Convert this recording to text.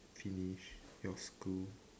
finish your school